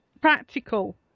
practical